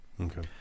Okay